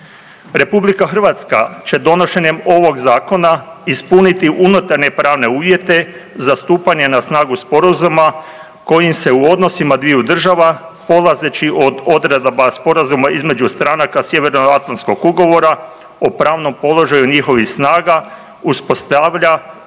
poretka RH. RH će donošenjem ovog Zakona ispuniti unutarnje i pravne uvjete za stupanje na snagu Sporazuma, kojim se u odnosima dviju država, polazeći od odredaba Sporazuma između stranaka Sjeveroatlantskog ugovora o pravnom položaju njihovih snaga uspostavlja